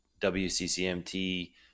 WCCMT